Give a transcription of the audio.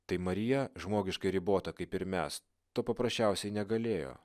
tai marija žmogiškai ribota kaip ir mes to paprasčiausiai negalėjo